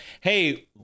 hey